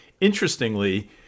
interestingly